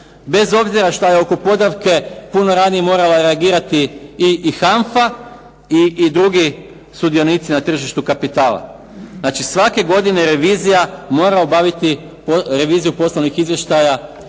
Bez obzira što je oko "Podravke" puno ranije morala reagirati i "HANFA" i drugi sudionici na tržištu kapitala. Znači svake godine revizija mora obaviti reviziju poslovnih izvještaja